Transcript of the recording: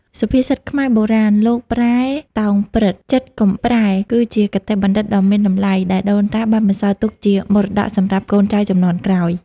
សុភាសិតខ្មែរបុរាណ "លោកប្រែ តោងព្រឹត្តិ ចិត្តកុំប្រែ" គឺជាគតិបណ្ឌិតដ៏មានតម្លៃ ដែលដូនតាបានបន្សល់ទុកជាមរតកសម្រាប់កូនចៅជំនាន់ក្រោយ។